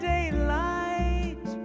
Daylight